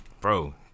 Bro